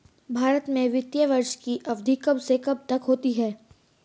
भारत में वित्तीय वर्ष की अवधि कब से कब तक होती है?